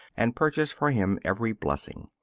and purchased for him every blessing.